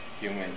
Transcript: human